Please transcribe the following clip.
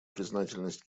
признательность